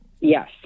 Yes